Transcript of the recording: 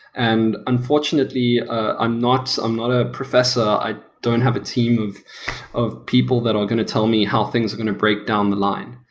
and unfortunately, ah i'm not a professor. i don't have a team of of people that are going to tell me how things are going to break down the line.